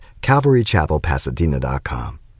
CalvaryChapelPasadena.com